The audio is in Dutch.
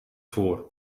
voor